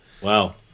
Wow